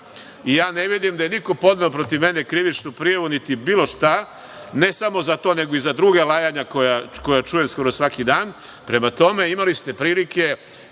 i ja ne vidim da je niko podneo protiv mene krivičnu prijavu, niti bilo šta ne samo za to, nego i za druga lajanja koja čujem skoro svaki dan. Imali ste prilike